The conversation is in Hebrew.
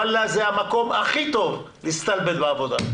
זה המקום הכי טוב להסתלבט בעבודה.